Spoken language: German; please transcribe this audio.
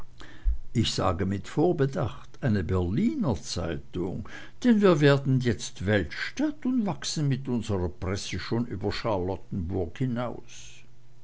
ich sage mit vorbedacht eine berliner zeitung denn wir werden jetzt weltstadt und wachsen mit unserer presse schon über charlottenburg hinaus